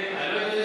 זה.